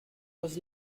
was